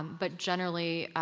but generally,